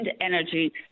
energy